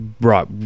right